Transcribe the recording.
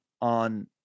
on